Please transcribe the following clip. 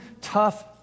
tough